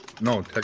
No